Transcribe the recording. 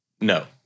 no